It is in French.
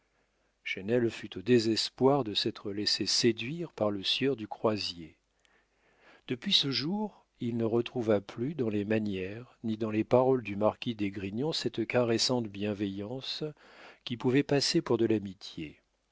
fut au désespoir de s'être laissé séduire par le sieur du croisier depuis ce jour il ne retrouva plus ni dans les manières ni dans les paroles du marquis d'esgrignon cette caressante bienveillance qui pouvait passer pour de l'amitié